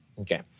Okay